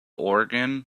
organ